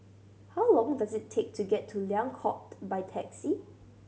how long does it take to get to Liang Court by taxi